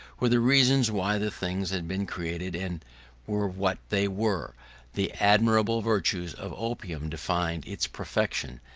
were the reason why the things had been created and were what they were the admirable virtues of opium defined its perfection,